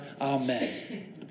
Amen